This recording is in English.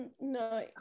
No